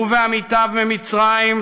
הוא ועמיתיו ממצרים,